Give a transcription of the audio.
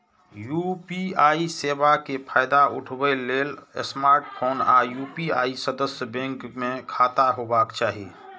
UPI सेवा के फायदा उठबै लेल स्मार्टफोन आ यू.पी.आई सदस्य बैंक मे खाता होबाक चाही